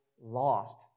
lost